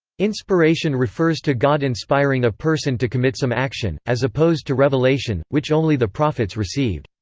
inspiration refers to god inspiring a person to commit some action, as opposed to revelation, which only the prophets received.